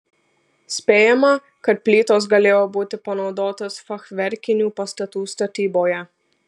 spėjama kad plytos galėjo būti panaudotos fachverkinių pastatų statyboje